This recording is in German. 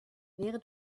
wäre